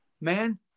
man